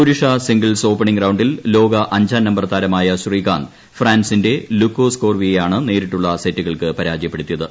പുരുഷ singles opening റൌണ്ടിൽ ലോക അഞ്ചാം നമ്പർ താരമായ ശ്രീകാന്ത് ഫ്രാൻസിന്റെ ലൂക്കോസ് കോർവിയെയാണ് നേരിട്ടുള്ള സെറ്റുകൾക്ക് പരാജയപ്പെടുത്തിയത്